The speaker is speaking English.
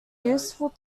useful